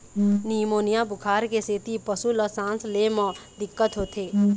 pneumonia बुखार के सेती पशु ल सांस ले म दिक्कत होथे